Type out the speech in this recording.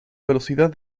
velocidad